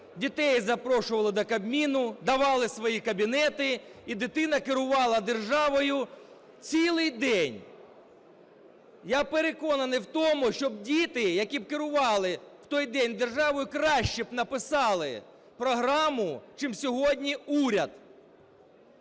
дітей запрошували до Кабміну, давали свої кабінети і дитина "керувала" державою цілий день. Я переконаний в тому, що діти, які "керували" в той день державою, краще б написали програму, чим сьогодні уряд.